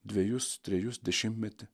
dvejus trejus dešimtmetį